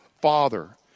father